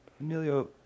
Emilio